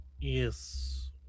Yes